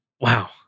wow